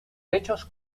hechos